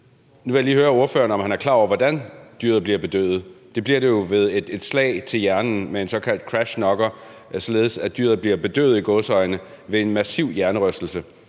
Nu vil jeg lige spørge ordføreren, om han er klar over, hvordan dyret bliver bedøvet. Det bliver det jo ved et slag mod hjernen med en såkaldt crash knocker, således at dyret – i gåseøjne – bliver bedøvet ved en massiv hjernerystelse.